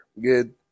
Good